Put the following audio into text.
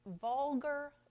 vulgar